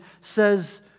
says